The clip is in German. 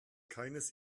keines